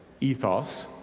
ethos